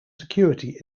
security